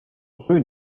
rue